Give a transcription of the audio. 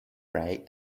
pray